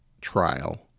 trial